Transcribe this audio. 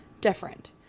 different